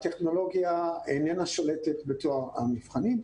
הטכנולוגיה איננה שולטת בטוהר המבחנים,